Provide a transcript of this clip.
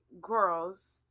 girls